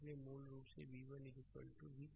इसलिए मूल रूप से v1 भी 3 i3 तो v